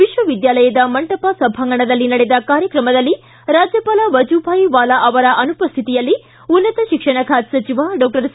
ವಿಶ್ವವಿದ್ಯಾಲಯದ ಮಂಟಪ ಸಭಾಂಗಣದಲ್ಲಿ ನಡೆದ ಕಾರ್ಯಕ್ರಮದಲ್ಲಿ ರಾಜ್ಯಪಾಲ ವಜುಭಾಯಿ ವಾಲಾ ಅವರ ಅನುಪಶ್ಠಿತಿಯಲ್ಲಿ ಉನ್ನತ ಶಿಕ್ಷಣ ಖಾತೆ ಸಚಿವ ಡಾಕ್ಟರ್ ಸಿ